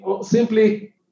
simply